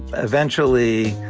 eventually,